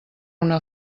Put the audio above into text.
una